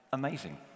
amazing